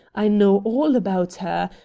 i know all about her!